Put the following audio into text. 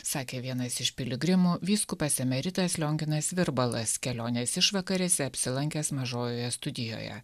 sakė vienas iš piligrimų vyskupas emeritas lionginas virbalas kelionės išvakarėse apsilankęs mažojoje studijoje